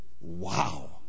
Wow